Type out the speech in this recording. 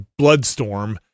Bloodstorm